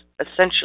essentially